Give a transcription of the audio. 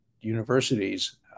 universities